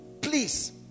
please